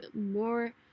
more